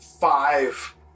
five